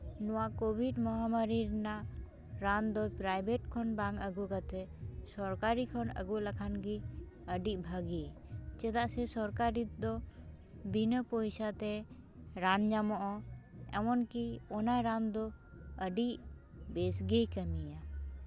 ᱱᱚᱣᱟ ᱠᱳᱵᱷᱤᱰ ᱢᱚᱦᱟᱢᱟᱨᱤ ᱨᱮᱱᱟᱜ ᱨᱟᱱ ᱫᱚ ᱯᱨᱟᱭᱵᱷᱮᱴ ᱠᱷᱚᱱ ᱵᱟᱝ ᱟᱹᱜᱩ ᱠᱟᱛᱮᱫ ᱥᱚᱨᱠᱟᱨᱤ ᱠᱷᱚᱱ ᱟᱹᱜᱩ ᱞᱮᱠᱷᱟᱱ ᱜᱮ ᱟᱹᱰᱤ ᱵᱷᱟᱹᱜᱤ ᱪᱮᱫᱟᱜ ᱥᱮ ᱥᱚᱨᱠᱟᱨᱤ ᱫᱚ ᱵᱤᱱᱟᱹ ᱯᱚᱭᱥᱟ ᱛᱮ ᱨᱟᱱ ᱧᱟᱢᱚᱜᱼᱟ ᱮᱢᱚᱱ ᱠᱤ ᱚᱱᱟ ᱨᱟᱱ ᱫᱚ ᱟᱹᱰᱤ ᱵᱮᱥ ᱜᱮᱭ ᱠᱟᱹᱢᱤᱭᱟ